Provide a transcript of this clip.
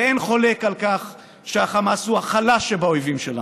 ואין חולק על כך שהחמאס הוא החלש שבאויבים שלנו.